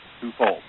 two-fold